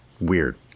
weird